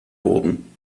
wurden